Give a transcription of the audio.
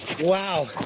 Wow